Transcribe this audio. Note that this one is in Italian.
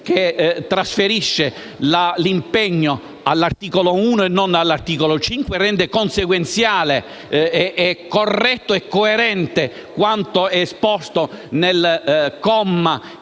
che trasferisce l'impegno dall'articolo 5 all'articolo 1 rende consequenziale, corretto e coerente quanto è esposto nel comma